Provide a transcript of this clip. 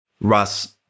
Russ